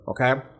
okay